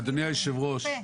אדוני היו"ר,